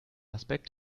aspekt